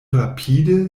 rapide